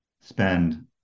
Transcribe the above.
spend